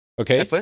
Okay